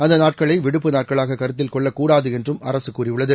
அந்த நாட்களை விடுப்பு நாட்களாக கருத்தில் கொள்ளக் கூடாது என்றும் அரசு கூறியுள்ளது